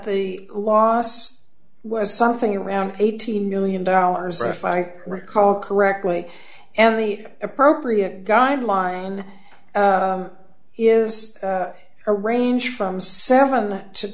the loss was something around eighteen million dollars if i recall correctly and the appropriate guideline is a range from seven to